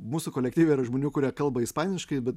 mūsų kolektyve yra žmonių kurie kalba ispaniškai bet